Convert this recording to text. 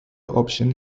option